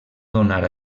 donar